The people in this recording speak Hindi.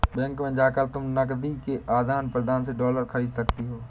बैंक में जाकर तुम नकदी के आदान प्रदान से डॉलर खरीद सकती हो